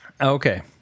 Okay